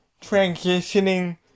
transitioning